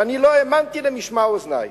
ואני לא האמנתי למשמע אוזני.